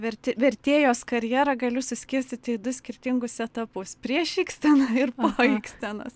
vertė vertėjos karjerą galiu suskirstyti į du skirtingus etapus prieš iksteną ir po ikstenos